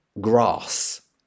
grass